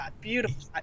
beautiful